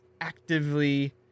actively